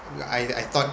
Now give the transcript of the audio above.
I I thought